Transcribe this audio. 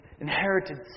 inherited